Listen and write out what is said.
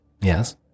Yes